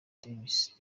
davis